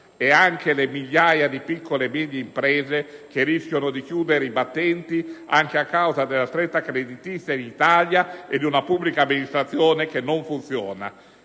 povertà; le migliaia di piccole e medie imprese che rischiano di chiudere i battenti a causa della stretta creditizia in Italia e di una pubblica amministrazione che non funziona.